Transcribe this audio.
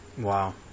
Wow